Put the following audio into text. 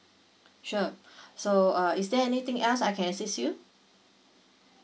sure so uh is there anything else I can assist you